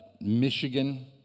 Michigan